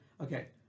okay